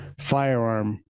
firearm